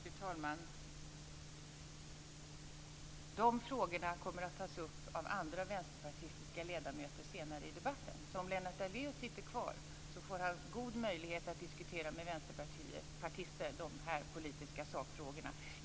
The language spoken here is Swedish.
Fru talman! De frågorna kommer att tas upp av andra vänsterpartistiska ledamöter senare i debatten. Om Lennart Daléus sitter kvar får han god möjlighet att diskutera de här politiska sakfrågorna med vänsterpartister.